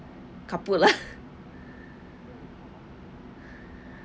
kaput lah